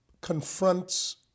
confronts